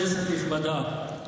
כנסת נכבדה,